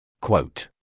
Quote